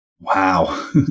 Wow